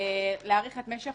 להאריך את משך